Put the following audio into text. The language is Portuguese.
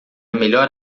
melhor